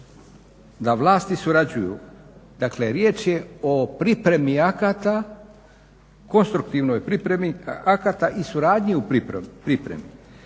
da vlasti surađuju. Dakle, riječ je o pripremi akata, konstruktivnoj pripremi akata i suradnji u pripremi.